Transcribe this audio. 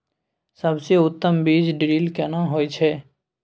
सबसे उत्तम बीज ड्रिल केना होए छै?